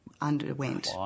Underwent